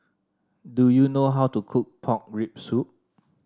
do you know how to cook Pork Rib Soup